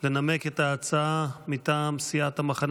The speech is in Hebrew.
לנמק את ההצעה מטעם סיעת המחנה